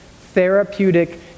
therapeutic